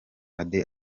ade